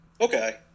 Okay